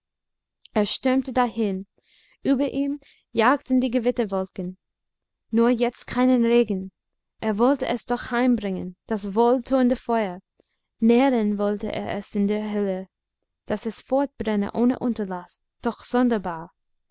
er stürmte dahin über ihm jagten die gewitterwolken nur jetzt keinen regen er wollte es doch heimbringen das wohltuende feuer nähren wollte er es in der höhle daß es fortbrenne ohne unterlaß doch sonderbar